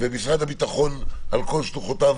ומשרד הביטחון על כל שלוחותיו